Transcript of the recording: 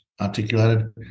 articulated